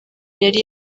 yari